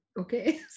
okay